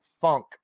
Funk